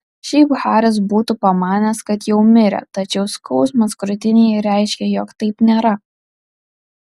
šiaip haris būtų pamanęs kad jau mirė tačiau skausmas krūtinėje reiškė jog taip nėra